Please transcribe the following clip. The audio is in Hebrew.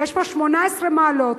ויש פה 18 מעלות,